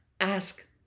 Ask